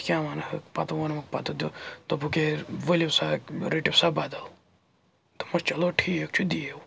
کیٛاہ وَنہٕ ہَکھ پَتہٕ ووٚنمُکھ پَتہٕ دُ دوٚپُکھ ہیے ؤلِو سا رٔٹِو سا بَدَل دوٚپمَس چلو ٹھیٖک چھُ دِیو